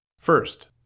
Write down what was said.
First